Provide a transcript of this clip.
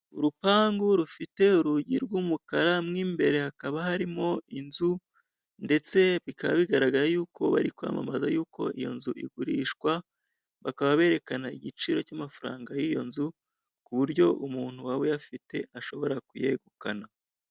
Urupangu rufite urugi rw'umukara mo imbere hakaba harimo inzu ndetse bikaba bigaragara y'uko bari kwamamaza y'uko iyo nzu igurishwa bakaba berekana igiciro cy'amafaranga y'iyo nzu ku buryo umuntu waba uyafite yabasha kuyegukana.